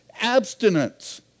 abstinence